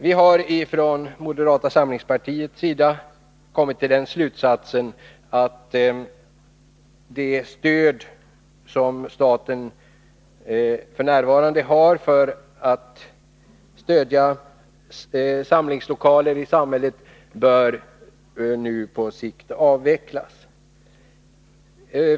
Vi i moderata samlingspartiet har dragit den slutsatsen, att det stöd som staten f. n. ger för samlingslokaler i samhället nu på sikt bör avvecklas.